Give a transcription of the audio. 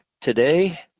today